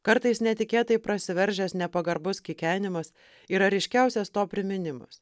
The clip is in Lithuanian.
kartais netikėtai prasiveržęs nepagarbus kikenimas yra ryškiausias to priminimas